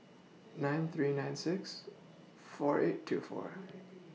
nine three nine six four eight two four